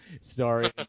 Sorry